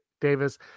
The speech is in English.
Davis